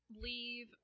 leave